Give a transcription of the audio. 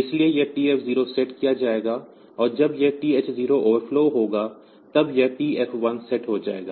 इसलिए यह TF0 set किया जाएगा और जब यह TH0 ओवरफ्लो होगा तब यह TF1 सेट हो जाएगा